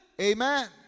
Amen